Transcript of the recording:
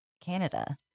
Canada